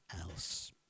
else